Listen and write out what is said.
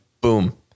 boom